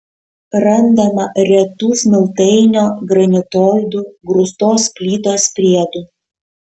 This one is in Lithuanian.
randama retų smiltainio granitoidų grūstos plytos priedų